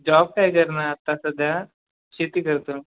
job काय करणार आत्ता सध्या शेती करतो मी